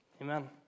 Amen